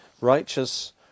righteous